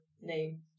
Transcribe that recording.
name